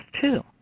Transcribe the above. two